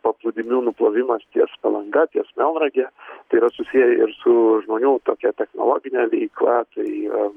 paplūdimių nuplovimas ties palanga ties melnrage tai yra susiję ir su žmonių tokia technologine veikla tai